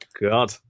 God